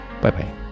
Bye-bye